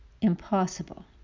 Impossible